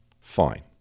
fine